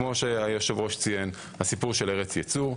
כפי שהיושב-ראש ציין הסיפור של ארץ ייצוא,